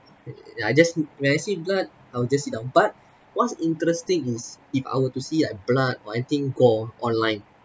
ya I just when I see blood I'll just sit down but what's interesting is if I were to see a blood or anything gore online